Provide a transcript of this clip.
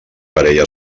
parella